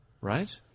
right